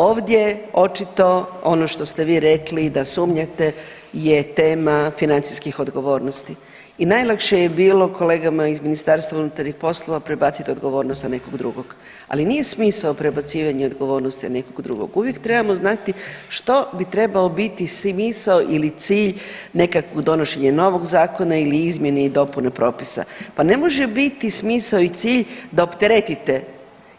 Ovdje očito ono što ste vi rekli da sumnjate je tema financijskih odgovornosti i najlakše je bilo kolegama iz MUP-a prebacit odgovornost na nekog drugog, ali nije smisao prebacivanje odgovornosti na nekog drugog, uvijek trebamo znati što bi trebao biti smisao ili cilj nekako donošenja novog zakona ili izmjene i dopuna propisa, pa ne može biti smisao i cilj da opteretite